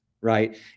right